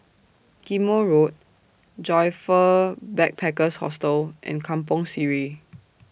Ghim Moh Road Joyfor Backpackers' Hostel and Kampong Sireh